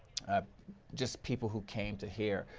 ah just people who came to hear.